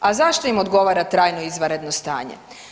A zašto im odgovara trajno izvanredno stanje?